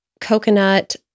coconut